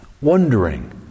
wondering